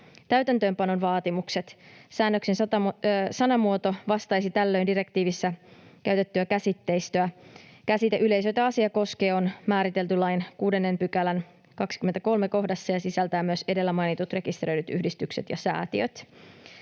täytäntöönpanon vaatimukset. Säännöksen sanamuoto vastaisi tällöin direktiivissä käytettyä käsitteistöä. Käsite ”yleisö, jota asia koskee” on määritelty lain 6 §:n 23 kohdassa ja sisältää myös edellä mainitut rekisteröidyt yhdistykset ja säätiöt.